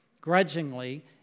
grudgingly